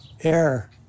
air